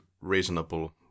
reasonable